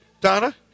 Donna